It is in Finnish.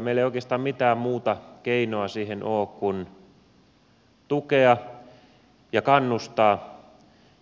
meillä ei oikeastaan mitään muuta keinoa siihen ole kuin tukea ja kannustaa